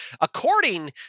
According